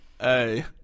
Hey